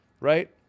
right